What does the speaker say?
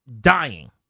dying